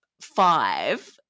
five